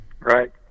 Right